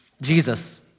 Jesus